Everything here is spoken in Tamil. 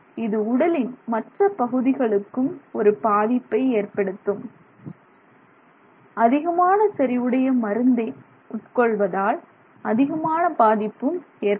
இது உடலின் மற்ற பகுதிகளுக்கு ஒரு பாதிப்பை ஏற்படுத்தும் அதிகமான செறிவுடைய மருந்தை மருந்தை உட்கொள்வதால் அதிகமான பாதிப்பும் ஏற்படும்